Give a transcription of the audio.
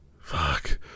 Fuck